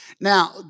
Now